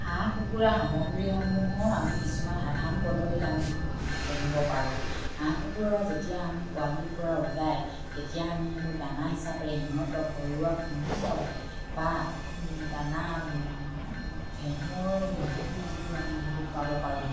হাঁহ কুকুৰা সামগ্ৰীসমূহৰ আমি কিছুমান সাধাৰণ পদ্ধতিত আমি পুহিব পাৰোঁ হাঁহ কুকুৰা যেতিয়া আমি পোৱালিৰ পৰা ওলায় তেতিয়া আমি সেইবোৰ দানা হিচাপে সিহঁতক ঘৰুৱা খুন্দো চাউল বা দানা ঘেঁহুৰ মিহিটো যিটো আমি সেইটো খুৱাব পাৰোঁ সিহঁতক